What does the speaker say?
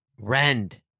rend